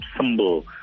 symbol